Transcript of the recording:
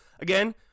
again